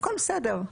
הכול בסדר.